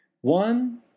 One